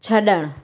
छड॒णु